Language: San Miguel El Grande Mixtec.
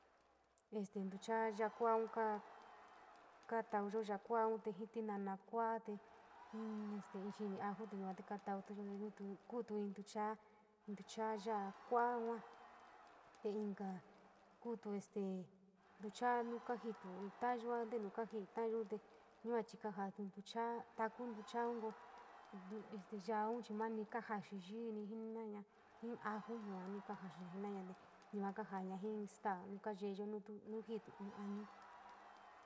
Este ntucha ya´a kuan ka katauyo yula koun kuu ji tinaina kuaiile jii in xinp ojo te, te yua katoutuyo ntucha in tucha yula kuu ajuote te kinka koto este chi kauja in tucha tauyo ntinu ka ji tauyo te yua nami ka saxi jiini jenouana ji ajo yua kajoixi no jenouana te yua kajana ji staa kayeyo nu íi´tio in añu.